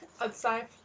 outside